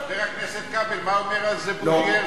חבר הכנסת כבל, מה אומר על זה בוז'י הרצוג?